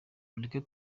mureke